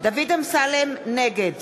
נגד